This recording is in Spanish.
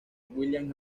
william